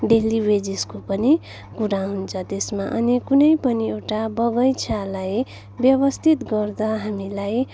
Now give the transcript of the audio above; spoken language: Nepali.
डेली वेजेसको पनि कुरा हुन्छ त्यसमा अनि कुनै पनि एउटा बगैँचालाई व्यवस्थित गर्दा हामीलाई